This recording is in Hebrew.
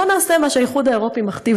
בוא נעשה את מה שהאיחוד האירופי מכתיב